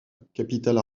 capitale